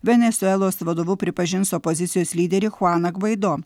venesuelos vadovu pripažins opozicijos lyderį chuaną gvaido